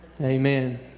Amen